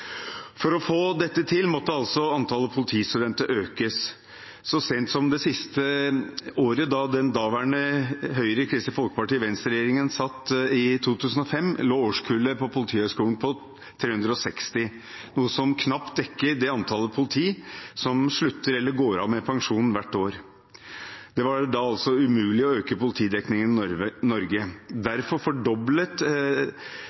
For å få dette til måtte altså antallet politistudenter økes. Så sent som det siste året Høyre–Kristelig Folkeparti–Venstre-regjeringen satt, i 2005, lå årskullet på Politihøgskolen på 360, noe som knapt dekker det antallet politi som slutter eller går av med pensjon hvert år. Det var da umulig å øke politidekningen i Norge. Derfor fordoblet den rød-grønne regjeringen opptaket på Politihøgskolen til 720 per år fra 2009. Det